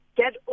get